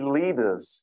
leaders